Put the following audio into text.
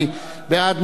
מי בעד?